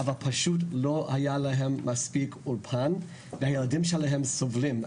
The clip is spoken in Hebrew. אבל פשוט לא היה להם מספיק אולפן והילדים שלהם סובלים.